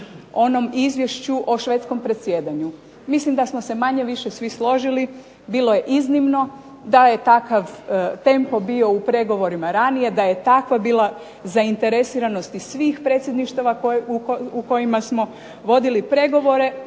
onom izvješću o Švedskom predsjedanju. Mislim da smo se manje-više svi složili bilo je iznimno da je takav tempo bio u pregovorima ranije, da je takva bila zainteresiranost iz svih predsjedništava u kojima smo vodili pregovore,